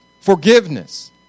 Forgiveness